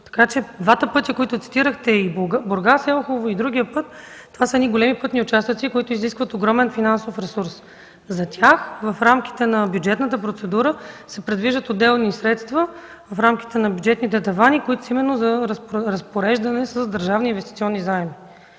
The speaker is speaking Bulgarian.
пътища”. Двата пътя, които цитирахте – Бургас – Елхово, и другия път – са големи пътни участъци, които изискват огромен финансов ресурс. В рамките на бюджетната процедура за тях се предвиждат отделни средства в рамките на бюджетните тавани, които са именно за разпореждане с държавни инвестиционни заеми.